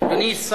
אני מודה לך.